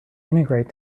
integrate